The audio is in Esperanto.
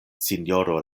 sinjoro